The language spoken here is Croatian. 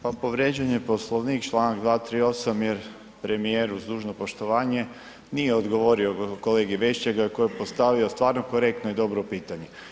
Pa povrijeđen je Poslovnik članak 238. jer premijer uz dužno poštovanje nije odgovorio kolegi Vešligaju koji je postavio stvarno korektno i dobro pitanje.